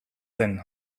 zen